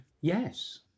Yes